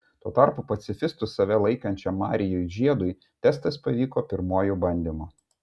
tuo tarpu pacifistu save laikančiam marijui žiedui testas pavyko pirmuoju bandymu